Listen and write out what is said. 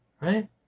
Right